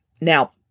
Now